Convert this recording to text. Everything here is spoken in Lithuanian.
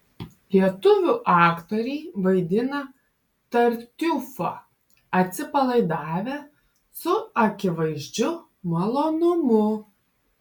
lietuvių aktoriai vaidina tartiufą atsipalaidavę su akivaizdžiu malonumu